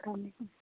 اَسلامُ علیکُم